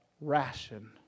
ration